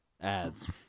ads